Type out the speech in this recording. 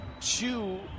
two